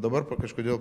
dabar kažkodėl